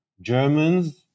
Germans